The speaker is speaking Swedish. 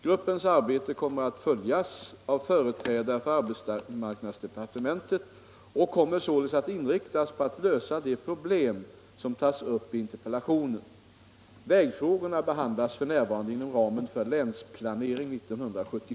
Gruppens arbete som kommer att följas av företrädare för arbetsmarknadsdepartementet kommer således att inriktas på att lösa de problem som tas upp i interpellationen. Vägfrågorna behandlas f. n. inom ramen läget i sydöstra Skåne 190